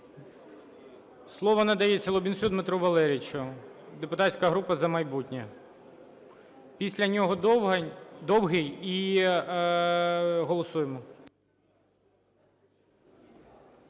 Слово надається Лубінцю Дмитру Валерійовичу, депутатська група "За майбутнє". Після нього Довгань… Довгий і голосуємо.